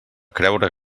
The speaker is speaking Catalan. creure